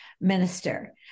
minister